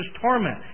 torment